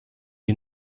you